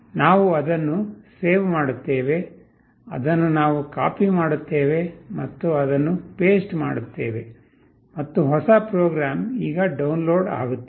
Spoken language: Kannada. ನಾವು ಅದನ್ನು ಸೇವ್ ಮಾಡುತ್ತೇವೆ ಅದನ್ನು ನಾವು ಕಾಪಿಮಾಡುತ್ತೇವೆ ಮತ್ತು ಅದನ್ನು ಪೇಸ್ಟ್ ಮಾಡುತ್ತೇವೆ ಮತ್ತು ಹೊಸ ಪ್ರೋಗ್ರಾಂ ಈಗ ಡೌನ್ಲೋಡ್ ಆಗುತ್ತಿದೆ